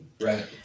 Right